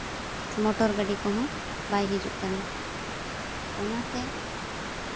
motor ᱜᱟᱹᱰᱤ ᱠᱚᱦᱚᱸ ᱵᱟᱭ ᱦᱤᱡᱩᱜ ᱠᱟᱱᱟ ᱚᱱᱟᱛᱮ